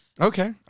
Okay